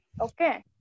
Okay